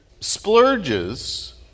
splurges